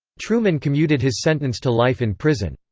truman commuted his sentence to life in prison.